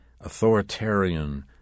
authoritarian